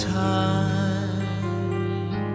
time